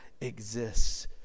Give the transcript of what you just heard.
exists